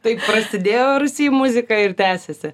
tai prasidėjo rūsy muzika ir tęsiasi